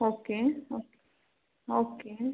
okay okay